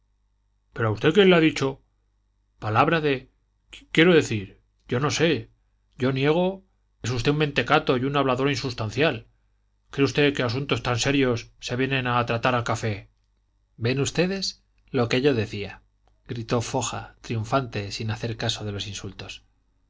pero a usted quién le ha dicho palabra de quiero decir yo no sé yo niego es usted un mentecato y un hablador insustancial cree usted que asuntos tan serios se vienen a tratar al café ven ustedes lo que yo decía gritó foja triunfante sin hacer caso de los insultos